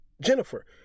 Jennifer